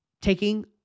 taking